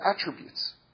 attributes